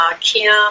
Kim